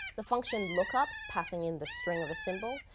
the function lookup up, passing in the string of a symbol,